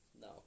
No